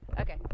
Okay